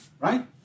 Right